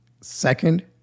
Second